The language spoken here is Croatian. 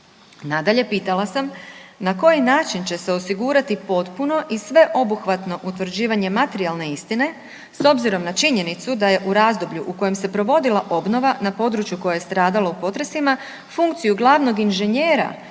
Nadalje, pitala sam na koji način će se osigurati potpuno i sveobuhvatno utvrđivanje materijalne istine s obzirom na činjenicu da je u razdoblju u kojem se provodila obnova na području koje je stradalo u potresima funkciju glavnog inženjera za